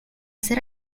hacer